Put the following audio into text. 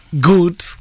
good